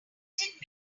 resented